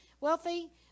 wealthy